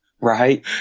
Right